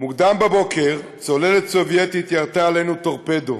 "מוקדם בבוקר צוללת סובייטית ירתה עלינו טורפדו.